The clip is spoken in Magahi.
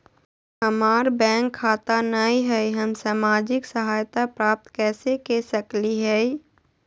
हमार बैंक खाता नई हई, हम सामाजिक सहायता प्राप्त कैसे के सकली हई?